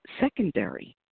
secondary